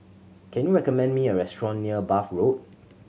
can you recommend me a restaurant near Bath Road